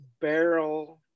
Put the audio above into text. barrel